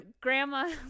grandma